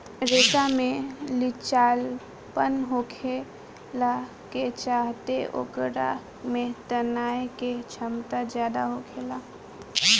रेशा में लचीलापन होखला के चलते ओकरा में तनाये के क्षमता ज्यादा होखेला